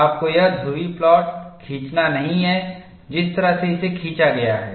आपको यह ध्रुवीय प्लॉट खींचना नहीं है जिस तरह से इसे खींचा गया है